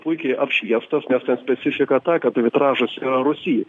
puikiai apšviestas nes ten specifika ta kad vitražas rusy